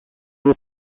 will